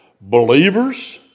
believers